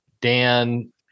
Dan